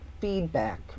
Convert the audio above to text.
feedback